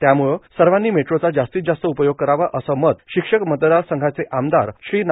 त्यामुळं सर्वानी मेट्रोचा जास्तीत जास्त उपयोग करावा असं मत शिक्षक मतदारसंघाचे आमदार श्री ना